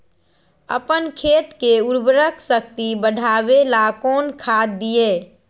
अपन खेत के उर्वरक शक्ति बढावेला कौन खाद दीये?